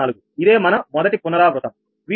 0384 ఇదే మన మొదటి పునరావృతం 𝑉21